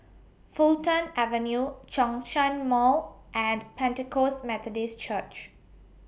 Fulton Avenue Zhongshan Mall and Pentecost Methodist Church